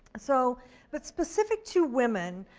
so but specific to women,